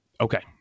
okay